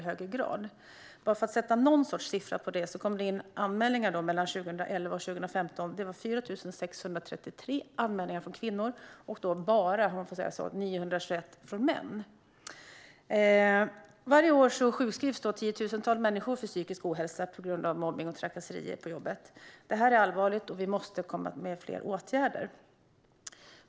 För att sätta någon sorts siffra på detta kan jag säga att det mellan 2011 och 2015 kom in 4 633 anmälningar från kvinnor och bara, om man får säga så, 921 från män. Varje år sjukskrivs tiotusentals människor för psykisk ohälsa på grund av mobbning och trakasserier på jobbet. Detta är allvarligt, och vi måste vidta fler åtgärder.